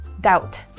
doubt